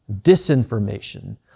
disinformation